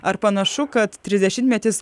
ar panašu kad trisdešimtmetis